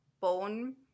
bone